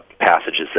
passages